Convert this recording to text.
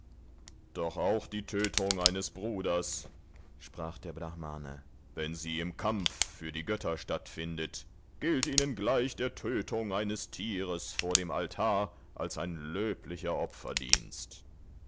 doch auch die tötung eines bruders sprach der brahmane wenn sie im kampf für die götter stattfindet gilt ihnen gleich der tötung eines tieres vor dem altar als ein löblicher